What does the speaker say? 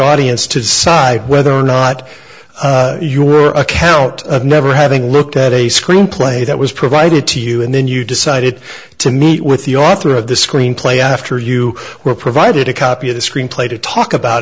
audience to decide whether or not your account of never having looked at a screenplay that was provided to you and then you decided to meet with the author of the screenplay after you were provided a copy of the screenplay to talk about